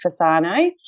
Fasano